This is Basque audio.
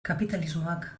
kapitalismoak